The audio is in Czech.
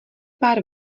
pár